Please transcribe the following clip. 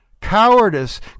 Cowardice